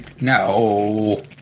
No